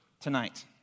tonight